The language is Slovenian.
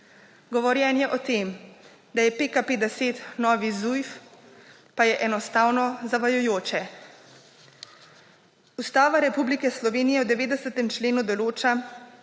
Govorjenje o tem, da je PKP10 novi zujf, pa je enostavno zavajajoče. Ustava Republike Slovenije v 90. členu določa,